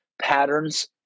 patterns